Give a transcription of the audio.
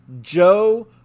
Joe